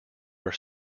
are